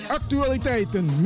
actualiteiten